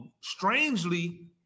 strangely